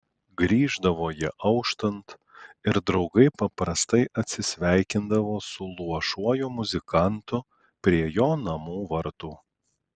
grįždavo jie auštant ir draugai paprastai atsisveikindavo su luošuoju muzikantu prie jo namų vartų